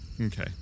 Okay